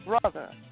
brother